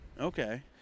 Okay